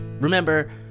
Remember